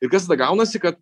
ir kas tada gaunasi kad